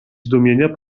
zdumienia